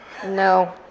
no